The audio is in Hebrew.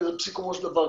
ובסיכומו של דבר,